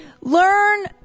learn